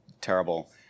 terrible